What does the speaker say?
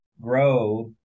grow